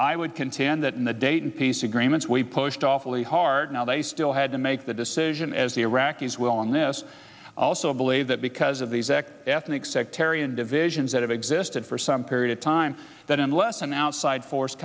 i would contend that in the dayton peace agreements we pushed awfully hard now they still had to make the decision as the iraqis will on this also believe that because of the ethnic sectarian divisions that have existed for some period of time that unless an outside force